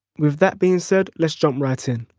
with that being said let's jump right in.